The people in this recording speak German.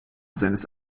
seines